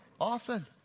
Often